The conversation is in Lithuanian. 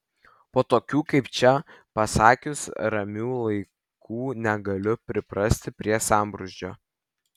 po tokių kaip čia pasakius ramių laikų negaliu priprasti prie sambrūzdžio